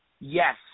Yes